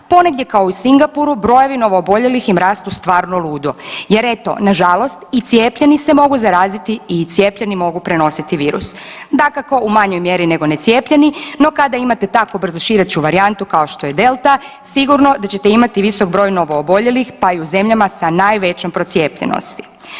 Ponegdje kao u Singapuru brojevi novooboljelih im rastu stvarno ludo jer eto nažalost i cijepljeni se mogu zaraziti i cijepljeni mogu prenositi virus, dakako u manjoj mjeri nego necijepljeni no kada imate tako brzošireću varijantu kao što je Delta sigurno da ćete imati visoki broj novooboljeli pa i u zemljama sa najvećom procijepljenosti.